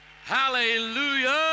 Hallelujah